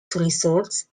resorts